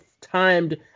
timed